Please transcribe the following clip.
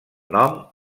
nom